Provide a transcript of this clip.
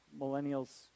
millennials